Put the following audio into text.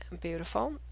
Beautiful